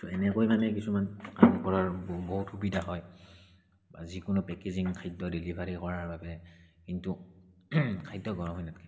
এনেকৈ মানে কিছুমান কাম কৰাৰ বহুত সুবিধা হয় বা যিকোনো পেকেজিং খাদ্য ডেলিভাৰী কৰাৰ বাবে কিন্তু খাদ্য গৰম হৈ নাথাকে